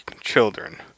children